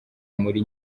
muri